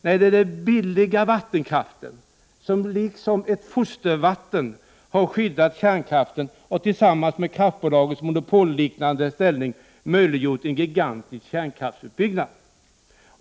Nej, det är den billiga vattenkraften, som liksom ett fostervatten har skyddat kärnkraften och tillsammans med kraftbolagens monopolliknande ställning möjliggjort en gigantisk kärnkraftsutbyggnad.